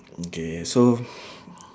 okay so